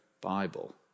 Bible